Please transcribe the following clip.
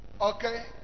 okay